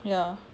ya